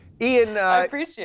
Ian